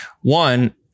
One